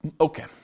Okay